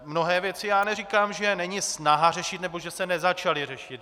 Mnohé věci neříkám, že není snaha řešit nebo že se nezačaly řešit.